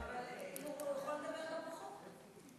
אבל הוא יכול לדבר גם פחות.